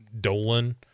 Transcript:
Dolan